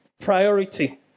priority